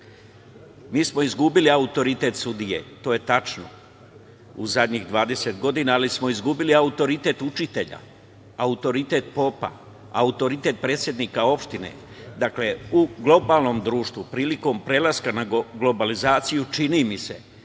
smo izgubili autoritet sudije, to je tačno, u zadnjih 20 godina, ali smo izgubili autoritet učitelja, autoritet popa, autoritet predsednika opštine. Dakle, u globalnom društvu, prilikom prelaska na globalizaciju, čini mi se